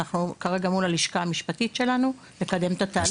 אנחנו כרגע מול הלשכה המשפטית שלנו לקדם את התהליך.